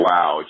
Wow